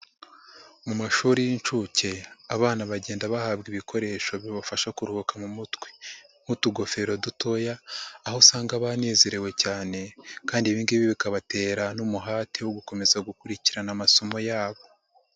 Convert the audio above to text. Mu mashuri y'inshuke abana bagenda bahabwa ibikoresho bibafasha kuruhuka mu mutwe nk'utugofero dutoya, aho usanga banezerewe cyane kandi ibi ngibi bikabatera n'umuhati wo gukomeza gukurikirana amasomo yabo.